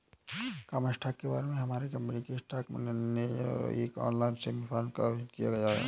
common stock के बारे में हमारे कंपनी के स्टॉक मेनेजर ने एक ऑनलाइन सेमीनार का आयोजन किया